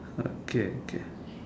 okay okay